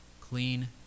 clean